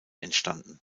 entstanden